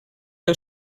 que